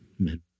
Amen